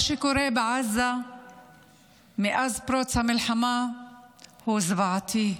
מה שקורה בעזה מאז פרוץ המלחמה הוא זוועתי: